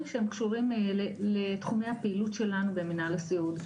שהם קשורים לתחומי הפעילות שלנו ומנהלי סיעוד,